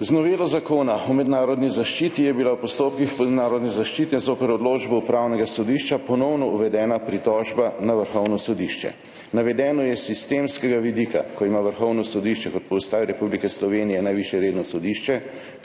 »Z novelo Zakona o mednarodni zaščiti je bila v postopkih mednarodne zaščite zoper odločbo Upravnega sodišča ponovno uvedena pritožba na Vrhovno sodišče. Navedeno je s sistemskega vidika, ko ima Vrhovno sodišče kot po Ustavi Republike Slovenije najvišje redno sodišče